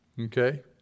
Okay